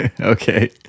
Okay